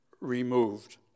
removed